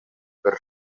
per